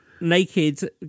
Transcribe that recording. naked